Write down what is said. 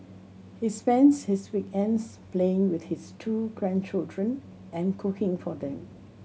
he spends his weekends playing with his two grandchildren and cooking for them